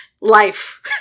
life